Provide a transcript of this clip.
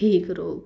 ठीक रौह्ग